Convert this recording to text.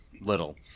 little